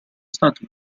stati